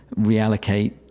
reallocate